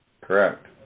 Correct